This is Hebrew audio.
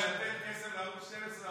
לתת כסף לערוץ 12,